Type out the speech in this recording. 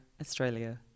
Australia